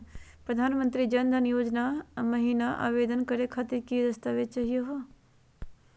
प्रधानमंत्री जन धन योजना महिना आवेदन करे खातीर कि कि दस्तावेज चाहीयो हो?